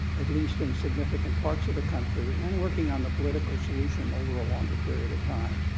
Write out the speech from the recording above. at least in significant parts of the country, and working on a political solution over a longer period of time.